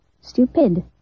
stupid